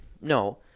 no